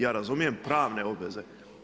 Ja razumijem pravne obveze.